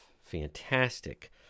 fantastic